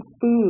food